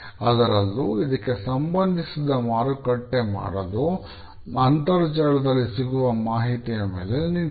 ಅದರಲ್ಲೂ ಇದಕ್ಕೆ ಸಂಬಂಧಿಸಿದಂತೆ ಮಾರುಕಟ್ಟೆ ಮಾಡಲು ಅಂತರ್ಜಾಲದಲ್ಲಿ ಸಿಗುವ ಮಾಹಿತಿಯ ಮೇಲೆ ನಿಂತಿದೆ